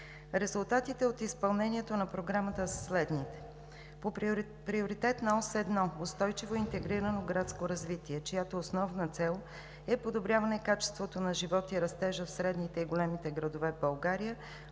Резултатите от изпълнението на Програмата са следните.